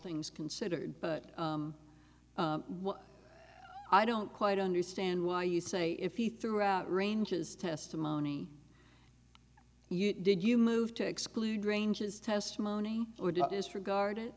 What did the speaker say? things considered but i don't quite understand why you say if he threw out ranges testimony you did you move to exclude ranges testimony disregarded